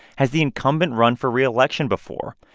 has the incumbent run for reelection before?